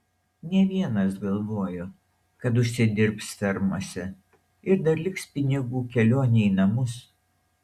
ne vienas galvojo kad užsidirbs fermose ir dar liks pinigų kelionei į namus